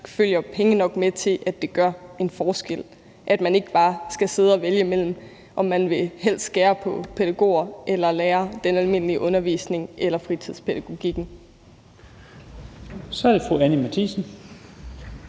følger penge nok med til, at det gør en forskel; at man ikke bare skal sidde og vælge mellem, om man helst vil skære på pædagoger eller lærere, den almindelige undervisning eller fritidspædagogikken. Kl. 13:43 Første